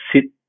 sit